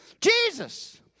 Jesus